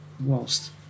whilst